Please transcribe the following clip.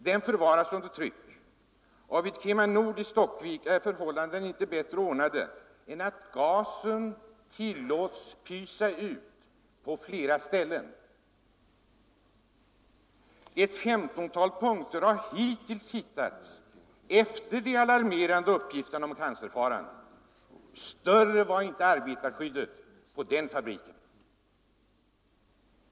Den förvaras under tryck, och vid KemaNord i Stockvik är förhållandena inte bättre ordnade än att gasen tillåts pysa ut på flera ställen i fabriken. Ett 15-tal sådana punkter har hittills påträffats efter de alarmerande uppgifterna om cancerfaran. Bättre var inte arbetarskyddet vid den fabriken!